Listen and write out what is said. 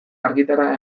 argitara